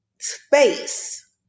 space